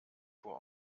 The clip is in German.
vor